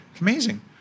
amazing